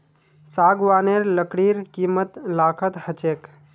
सागवानेर लकड़ीर कीमत लाखत ह छेक